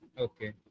okay